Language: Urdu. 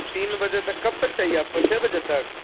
تین بجے تک کب تک چاہیے آپ کو چھ بجے تک